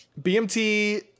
BMT